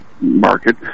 market